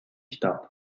kitap